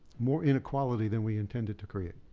more inequality than we intended to create.